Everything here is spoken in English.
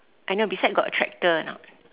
I know beside got a tractor or not